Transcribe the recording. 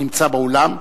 הנמצא באולם.